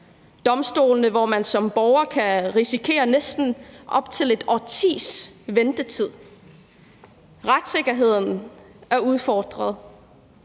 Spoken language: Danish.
domstolene, hvor man som borger kan risikere næsten op til et årtis ventetid. Retssikkerheden er udfordret.